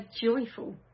joyful